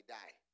die